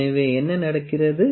எனவே என்ன நடக்கிறது